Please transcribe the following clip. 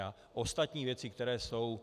A ostatní věci, které jsou.